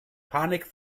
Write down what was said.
panik